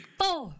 four